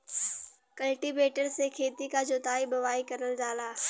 cultivator से खेती क जोताई बोवाई करल जाला